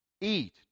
Eat